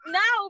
no